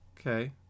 okay